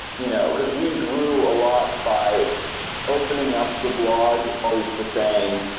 you know, because we grew a lot by opening up the blog close to saying,